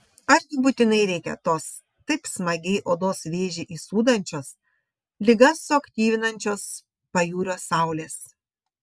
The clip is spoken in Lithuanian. argi būtinai reikia tos taip smagiai odos vėžį įsūdančios ligas suaktyvinančios pajūrio saulės